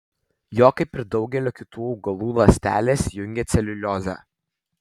jo kaip ir daugelio kitų augalų ląsteles jungia celiuliozė